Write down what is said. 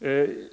har legat på över 30 procent.